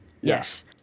Yes